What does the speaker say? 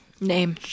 Name